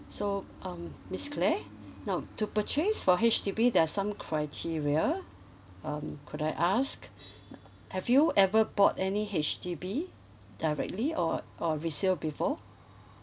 so um miss claire now to purchase for H_D_B there're some criteria um could I ask have you ever bought any H_D_B directly or or resale before